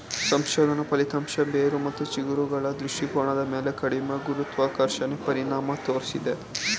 ಸಂಶೋಧನಾ ಫಲಿತಾಂಶ ಬೇರು ಮತ್ತು ಚಿಗುರುಗಳ ದೃಷ್ಟಿಕೋನದ ಮೇಲೆ ಕಡಿಮೆ ಗುರುತ್ವಾಕರ್ಷಣೆ ಪರಿಣಾಮ ತೋರ್ಸಿದೆ